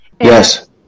Yes